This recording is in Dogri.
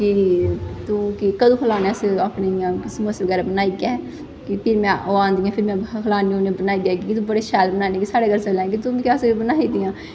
कि तूं कदूं खलाने अस अपने इ'यां समोसे बगैरा बनाइयै ते फिर में फ्ही ओह् आंदियां फ्ही में खलानी होन्नी उ'नेंगी बनाइयै में बड़े शैल बनान्नी कि साढ़े घर आंदियां आखदियां तूं मिगी बनाई देआं